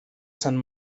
sant